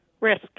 Risk